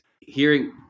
hearing